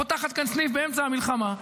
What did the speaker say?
פותחת כאן סניף באמצע המלחמה.